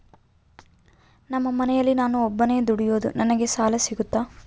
ನಮ್ಮ ಮನೆಯಲ್ಲಿ ನಾನು ಒಬ್ಬನೇ ದುಡಿಯೋದು ನನಗೆ ಸಾಲ ಸಿಗುತ್ತಾ?